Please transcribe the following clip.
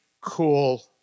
cool